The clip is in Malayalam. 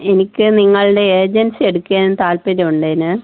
എനിക്ക് നിങ്ങളുടെ ഏജൻസി എടുക്കാൻ താത്പര്യം ഉണ്ടായിരുന്നു